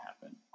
happen